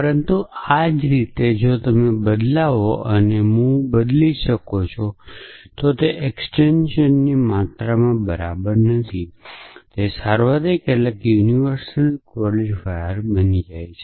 બાકીની અભિવ્યક્તિ કંઈ બદલાતી નથી તેવું છે કે તમે અહી અંદરથી આગળ વધી રહ્યા છો પરંતુ તેને આ જ રીતે બદલાવો જો તમે મુવ બદલી શકો છો તો તે અસ્તિત્વની માત્રામાં બરાબર નથી તે સાર્વત્રિક ક્વોન્ટીફાયર બની જાય છે